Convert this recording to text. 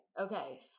okay